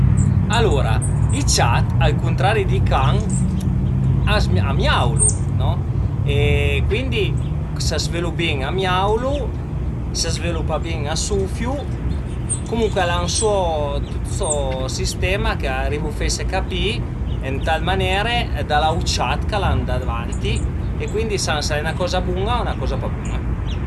Alura i ciat, al cuntrari di can, a miaulu no e cuindi s'a s'völu bin a miaulu, s'a s'völu pa bin a së sufiu, comuncue al an so tüt so sistema ch'ariva a fese capì ën tal manere da l'aut ciat ch'al an davanti e cuindi s'al e 'na coza bun-a o üna coza pa bun-a